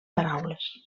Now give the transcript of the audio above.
paraules